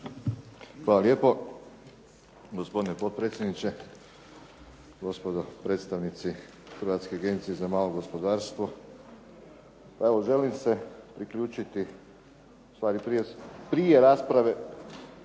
Hvala lijepo. Gospodine potpredsjedniče, gospodo predstavnici Hrvatske agencije za malo gospodarstvo. Evo želim se priključiti, ustvari prije rasprave